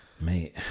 Mate